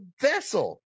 vessel